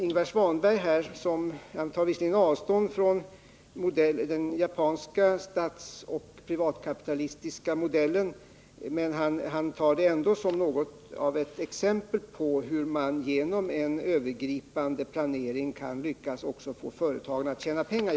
Ingvar Svanberg tar visserligen avstånd från den japanska statsoch privatkapitalistiska modellen, men han tar den ändå som något av ett exempel på hur man genom en övergripande planering kan lyckas att få företagen att tjäna pengar.